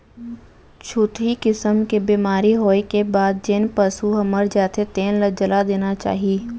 छुतही किसम के बेमारी होए के बाद जेन पसू ह मर जाथे तेन ल जला देना चाही